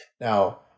Now